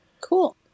cool